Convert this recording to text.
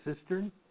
cistern